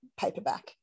paperback